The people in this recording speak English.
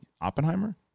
Oppenheimer